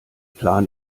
plan